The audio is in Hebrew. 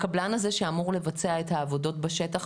הקבלן הזה שאמור לבצע את העבודות בשטח,